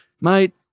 Mate